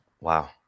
Wow